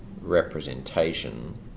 representation